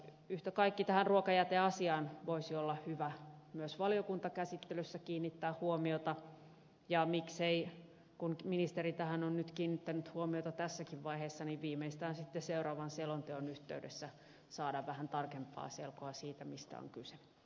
yhtä kaikki voisi tähän ruokajäteasiaan olla hyvä myös valiokuntakäsittelyssä kiinnittää huomiota ja miksei kun ministeri tähän on nyt kiinnittänyt huomiota tässäkin vaiheessa viimeistään sitten seuraavan selonteon yhteydessä saada vähän tarkempaa selkoa siitä mistä on kyse